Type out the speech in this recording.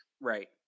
Right